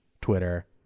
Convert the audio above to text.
Twitter